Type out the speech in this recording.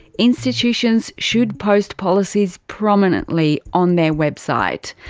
institutions should post policies prominently on their website.